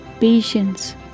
patience